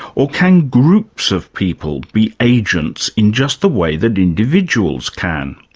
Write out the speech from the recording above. or can groups of people be agents in just the way that individuals can?